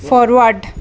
forward